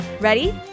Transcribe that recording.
Ready